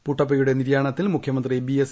പുട്ടപ്പയുടെ നിര്യാണത്തിൽ മുഖ്യമന്ത്രീീബിഎസ്